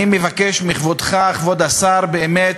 אני מבקש מכבודך, כבוד השר, באמת.